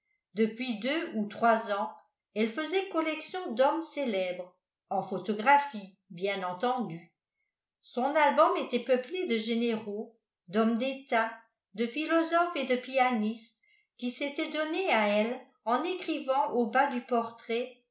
depuis deux ou trois ans elle faisait collection d'hommes célèbres en photographie bien entendu son album était peuplé de généraux d'hommes d'état de philosophes et de pianistes qui s'étaient donnés à elle en écrivant au bas du portrait